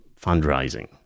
fundraising